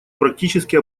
практически